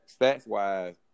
stats-wise